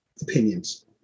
opinions